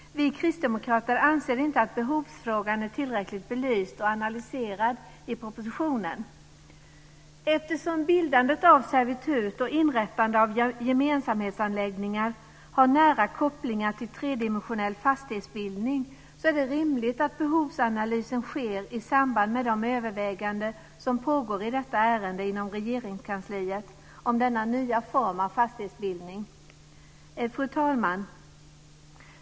Vi kristdemokrater anser inte att behovsfrågan är tillräckligt belyst och analyserad i propositionen. Eftersom bildande av servitut och inrättande av gemensamhetsanläggningar har nära kopplingar till tredimensionell fastighetsbildning är det rimligt att behovsanalysen sker i samband med de överväganden som pågår i detta ärende inom Regeringskansliet vad gäller denna nya form av fastighetsbildning. Fru talman!